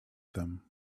them